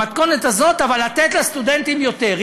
במתכונת הזאת אבל לתת לסטודנטים יותר.